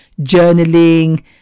journaling